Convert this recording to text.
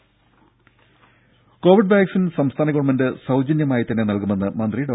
ദേഴ covid vaccine സംസ്ഥാന government സൌജന്യമായിത്തന്നെ നൽകുമെന്ന് മന്ത്രി ഡോ